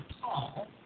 Paul